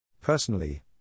Personally